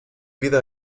vida